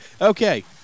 Okay